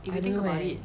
I don't know eh